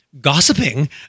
gossiping